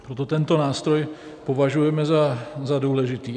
Proto tento nástroj považujeme za důležitý.